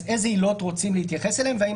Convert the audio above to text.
אז איזה עילות רוצים להתייחס אליהן והאם